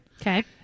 Okay